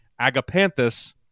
Agapanthus